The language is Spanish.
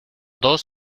dos